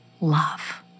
love